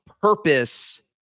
purpose